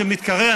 שמתקרא,